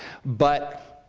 but